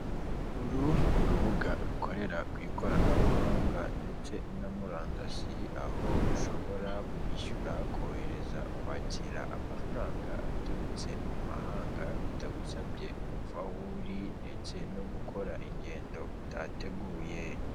Uru ni urubuga rukorera ku ikoranabuhanga ndetse na murandasi aho ushobora kwishyura, kohereza, kwakira amafaranga aturutse mu mahanga; bitagusabye kuva aho uri ndetse no gukora ingendo utateguye.